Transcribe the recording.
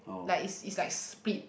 like is is like split